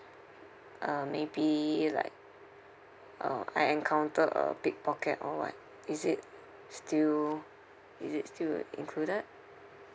uh maybe like uh I encountered a pickpocket or what is it still is it still uh included